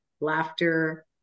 laughter